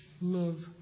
love